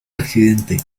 accidente